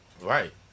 right